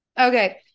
Okay